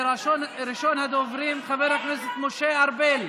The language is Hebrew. ראשון הדוברים, חבר הכנסת משה ארבל.